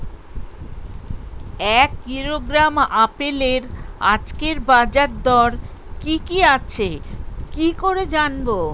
এক কিলোগ্রাম আপেলের আজকের বাজার দর কি কি আছে কি করে জানবো?